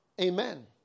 Amen